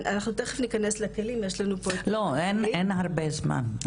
אנחנו תכף נכנס ל- -- אין לנו הרבה זמן,